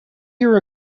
here